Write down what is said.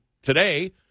Today